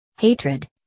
Hatred